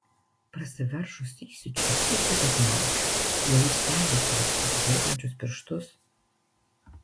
prasiveržus įsiūčiui pyktis apmalšo jau įstengiau suvaldyti virpančius pirštus